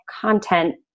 content